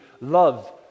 love